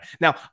Now